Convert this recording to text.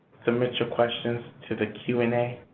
submit your questions to the q and a.